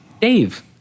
Dave